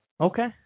Okay